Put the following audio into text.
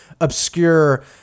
obscure